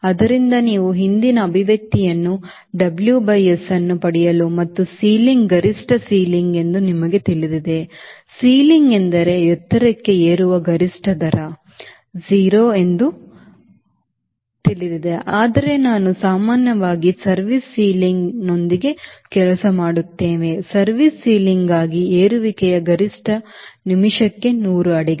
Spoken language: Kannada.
ಆದ್ದರಿಂದ ನೀವು ಹಿಂದಿನ ಅಭಿವ್ಯಕ್ತಿಯನ್ನು WS ಅನ್ನು ಪಡೆಯಲು ಮತ್ತು ಸೀಲಿಂಗ್ ಗರಿಷ್ಠ ಸೀಲಿಂಗ್ ಎಂದು ನಿಮಗೆ ತಿಳಿದಿದೆ ಸೀಲಿಂಗ್ ಎಂದರೆ ಎತ್ತರಕ್ಕೆ ಏರುವ ಗರಿಷ್ಠ ದರ 0 ಎಂದು ಆದರೆ ನಾವು ಸಾಮಾನ್ಯವಾಗಿ service ceilingನೊಂದಿಗೆ ಕೆಲಸ ಮಾಡುತ್ತೇವೆ service ceilingಗಾಗಿ ಏರುವಿಕೆಯ ಗರಿಷ್ಠ ನಿಮಿಷಕ್ಕೆ ನೂರು ಅಡಿಗಳು